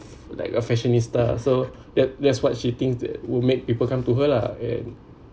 like a fashionista so that that's what she thinks that would make people come to her lah and